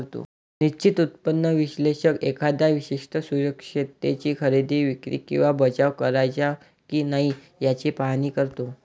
निश्चित उत्पन्न विश्लेषक एखाद्या विशिष्ट सुरक्षिततेची खरेदी, विक्री किंवा बचाव करायचा की नाही याचे पाहणी करतो